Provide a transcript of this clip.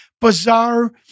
bizarre